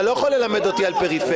אתה לא יכול ללמד אותי על הפריפריה.